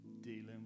dealing